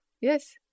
Yes